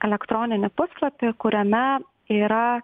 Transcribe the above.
elektroninį puslapį kuriame yra